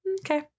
Okay